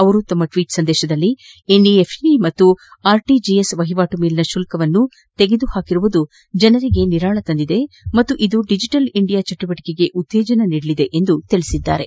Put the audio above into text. ಅವರು ತಮ್ಮ ಟ್ವೀಟ್ ನಲ್ಲಿ ಎನ್ಇಎಫ್ಟಿ ಮತ್ತು ಆರ್ಟಿಜಿಎಸ್ ವಹಿವಾಟು ಮೇಲಿನ ಶುಲ್ಕವನ್ನು ತೆಗೆದುಹಾಕಿರುವುದು ಜನರಿಗೆ ಕೊಂಚ ನಿರಾಳ ತಂದಿದೆ ಮತ್ತು ಇದು ಡಿಜೆಟಲ್ ಇಂಡಿಯಾ ಚಟುವಟಿಕೆಗಳಿಗೆ ಉತ್ತೇಜನ ನೀಡಲಿದೆ ಎಂದು ತಿಳಿಸಿದ್ದಾರೆ